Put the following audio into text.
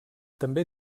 també